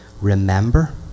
remember